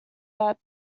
that